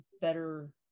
better